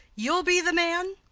you'll be the man!